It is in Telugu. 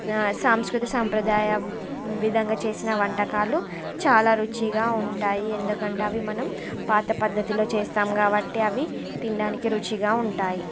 సాంస్కృతి సంప్రదాయం విధంగా చేసిన వంటకాలు చాలా రుచిగా ఉంటాయి ఎందుకంటే అవి మనం పాత పద్ధతిలో చేస్తాం కాబట్టి అవి తినడానికి రుచిగా ఉంటాయి